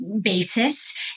basis